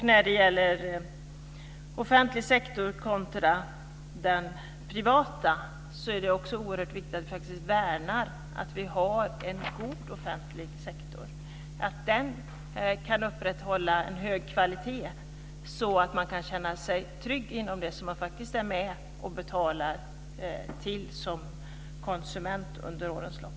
När det gäller offentlig sektor kontra privat sektor är det också oerhört viktigt att också värna om att vi har en god offentlig sektor och att den kan upprätthålla en hög kvalitet, så att man kan känna sig trygg inom det som man faktiskt är med och betalar till som konsument under årens lopp.